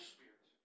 Spirit